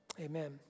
Amen